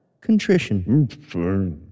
contrition